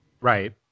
Right